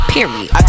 Period